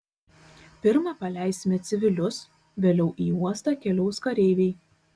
pirma paleisime civilius vėliau į uostą keliaus kareiviai